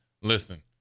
Listen